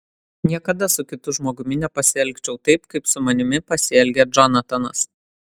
niekada su kitu žmogumi nepasielgčiau taip kaip su manimi pasielgė džonatanas